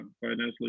financially